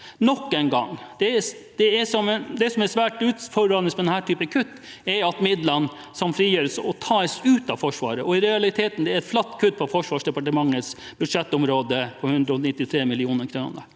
en gang. Det som er svært utfordrende med denne typen kutt, er at midlene som frigjøres, tas ut av Forsvaret, i realiteten er det et flatt kutt på Forsvarsdepartementets budsjettområde på 193 mill. kr.